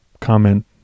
comment